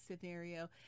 scenario